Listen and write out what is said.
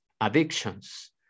addictions